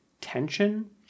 tension